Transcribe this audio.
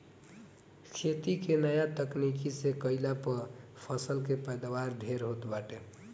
खेती के नया तकनीकी से कईला पअ फसल के पैदावार ढेर होत बाटे